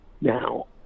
Now